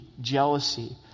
jealousy